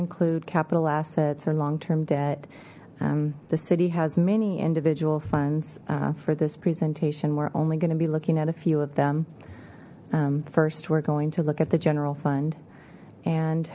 include capital assets or long term debt the city has many individual funds for this presentation we're only going to be looking at a few of them first we're going to look at the general fund and